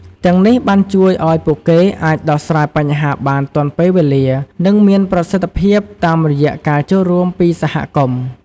ទាំងនេះបានជួយឱ្យពួកគេអាច ដោះស្រាយបញ្ហាបានទាន់ពេលវេលា និងមានប្រសិទ្ធភាពតាមរយៈការចូលរួមពីសហគមន៍។